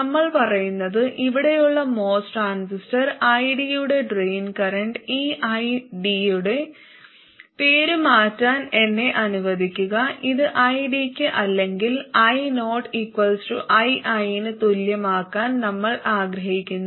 നമ്മൾ പറയുന്നത് ഇവിടെയുള്ള MOS ട്രാൻസിസ്റ്റർ id യുടെ ഡ്രെയിൻ കറന്റ് ഈ id യുടെ പേരുമാറ്റാൻ എന്നെ അനുവദിക്കുക ഇത് id ക്ക് അല്ലെങ്കിൽ ioii ന് തുല്യമാക്കാൻ നമ്മൾ ആഗ്രഹിക്കുന്നു